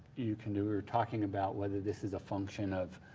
you can do, we were talking about whether this is a function of